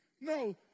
No